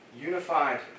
unified